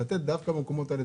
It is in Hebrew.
לתת דווקא במקומות האלה,